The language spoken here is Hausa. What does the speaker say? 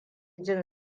jin